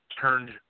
turned